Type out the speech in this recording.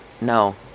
No